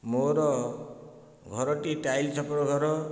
ମୋର ଘରଟି ଟାଇଲ୍ ଛପର ଘର